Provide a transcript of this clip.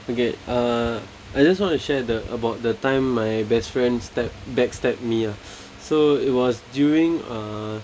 okay uh I just want to share the about the time my best friend stab back stabbed me lah so it was during uh